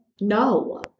No